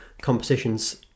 compositions